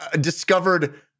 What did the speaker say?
discovered